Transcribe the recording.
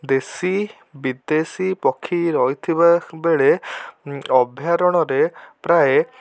ଦେଶୀ ବିଦେଶୀ ପକ୍ଷୀ ରହିଥିବା ବେଳେ ଅଭ୍ୟାରଣରେ ପ୍ରାୟେ